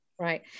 right